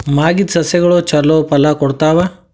ಮಾಗಿದ್ ಸಸ್ಯಗಳು ಛಲೋ ಫಲ ಕೊಡ್ತಾವಾ?